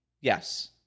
yes